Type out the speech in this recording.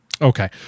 Okay